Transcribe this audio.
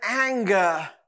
anger